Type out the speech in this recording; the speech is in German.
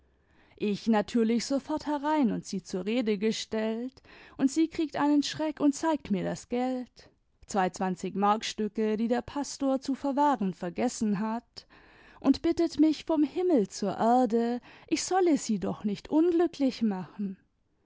i lieh sofort herein und sie zur rede gestellt und sie kriegt einen schreck und zeigt mir das geld zwei zwanzigmarkstücke die der pastor zu verwahren vergessen lat und bittet mich vom himmel zur erde ich solle sie doch nicht unglücklich machen